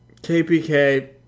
KPK